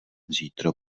zítra